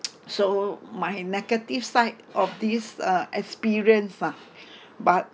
so my negative side of this uh experience ah but